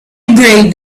agreed